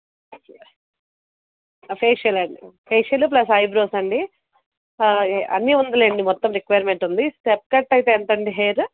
facial అండి facial plus eyebrows అండి అన్నీ ఉంది లెండి మొత్తం రిక్వైర్మెంట్ ఉంది కట్ కట్ అయితే ఎంతండి హెయిర్